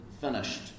finished